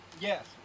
yes